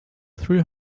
threw